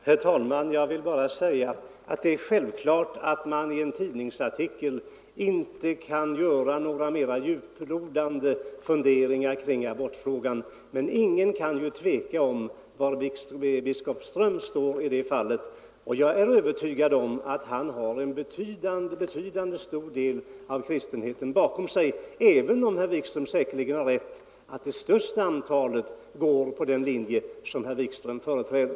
Herr talman! I en tidningsartikel kan man självfallet inte framföra några mera djuplodande funderingar i abortfrågan. Men ingen kan ändå tveka om var biskop Ström står i detta avseende, och jag är övertygad om att han har en betydande del av kristenheten bakom sig, även om herr Wikström säkerligen har rätt i att det största antalet följer den linje som herr Wikström företräder.